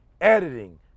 editing